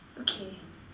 okay